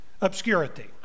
obscurity